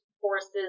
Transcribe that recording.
forces